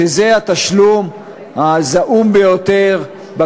שזה התשלום הזעום ביותר לקייטנה,